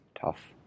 tough